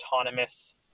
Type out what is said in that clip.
autonomous